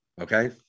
Okay